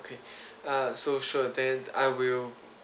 okay uh so sure then I will